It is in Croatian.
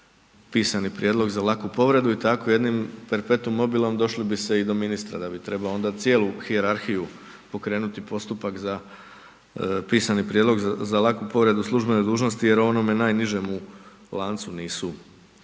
pisani prijedlog za laku povredu i tako jednim perpetum mobilom došlo bi se i do ministra da bi trebao onda cijelu hijerarhiju pokrenuti postupak za pisani prijedlog za laku povredu službene dužnosti jer onomu najnižemu u lancu nisu,